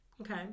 Okay